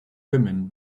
women